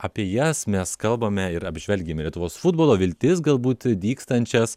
apie jas mes kalbame ir apžvelgiame lietuvos futbolo viltis galbūt dygstančias